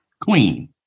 Queen